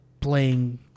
playing